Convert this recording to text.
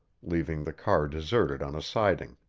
leaving the car deserted on a siding.